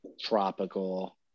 tropical